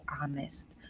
honest